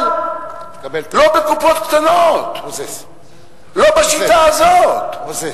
אבל, לא בקופות קטנות, לא בשיטה הזאת.